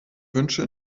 wünsche